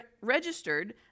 registered